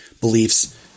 beliefs